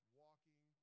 walking